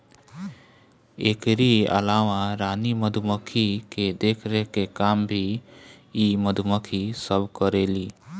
एकरी अलावा रानी मधुमक्खी के देखरेख के काम भी इ मधुमक्खी सब करेली